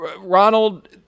Ronald